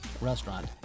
Restaurant